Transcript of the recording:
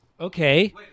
Okay